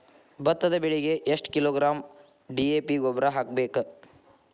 ಭತ್ತದ ಬೆಳಿಗೆ ಎಷ್ಟ ಕಿಲೋಗ್ರಾಂ ಡಿ.ಎ.ಪಿ ಗೊಬ್ಬರ ಹಾಕ್ಬೇಕ?